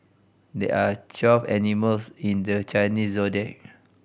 there are twelve animals in the Chinese Zodiac